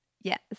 Yes